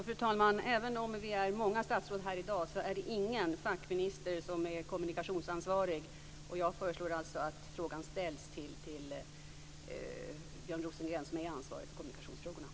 Fru talman! Även om vi är många statsråd här i dag, är det ingen fackminister som är kommunikationsansvarig. Jag föreslår att frågan ställs till Björn Rosengren som är ansvarig för kommunikationsfrågorna.